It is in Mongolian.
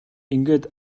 ингээд